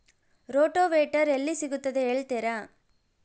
Rotavator ಎಲ್ಲಿ ಸಿಗುತ್ತದೆ ಹೇಳ್ತೇರಾ?